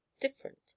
different